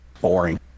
boring